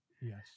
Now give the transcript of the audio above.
yes